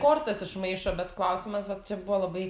kortas išmaišo bet klausimas va čia buvo labai